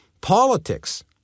Politics